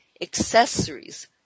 accessories